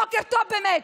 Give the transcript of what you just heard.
בוקר טוב, באמת.